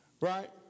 right